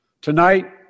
Tonight